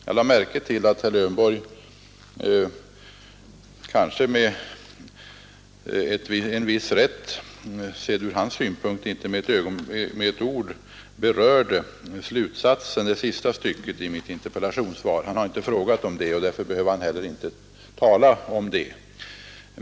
Jag lade märke till att herr Lövenborg, kanske med en viss rätt, sett ur hans synpunkt, inte med ett ord berörde slutsatsen, det sista stycket i mitt interpellationssvar. Han har inte frågat om den saken, och därför behöver han heller inte tala om den.